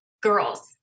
girls